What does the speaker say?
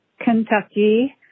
Kentucky